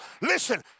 Listen